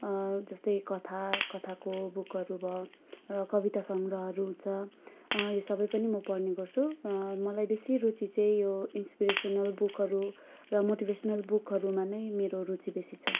जस्तै कथा कथाको बुकहरू भयो र कविता सङ्ग्रहहरू हुन्छ यो सबै पनि म पढ्ने गर्छु मलाई बेसी रुची चाहिँ यो इन्सपिरेसनल बुकहरू र मोटिभेसनल बुकहरूमा नै मेरो रुची बेसी छ